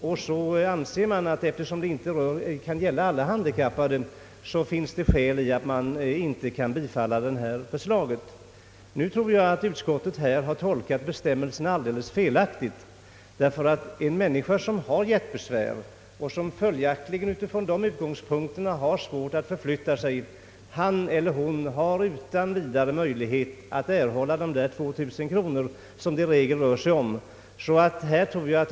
Eftersom förslaget sålunda inte kan gälla alla handikappade, finns det skäl till att inte bifalla förslaget, anses det vidare, men jag tror att utskottet har tolkat bestämmelserna alldeles felaktigt därvidlag. En människa som har hjärtbesvär och därför har svårt att förflytta sig har ju utan vidare möjlighet att erhålla de 2 000 kronor som det i regel rör sig om.